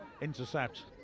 intercept